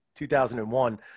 2001